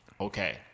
Okay